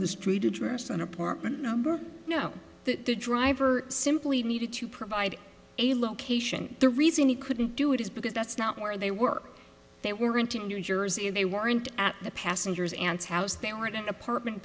the street address and apartment number no the driver simply needed to provide a location the reason he couldn't do it is because that's not where they work they weren't in new jersey they weren't at the passenger's aunt's house they were at an apartment